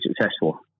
successful